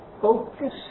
focus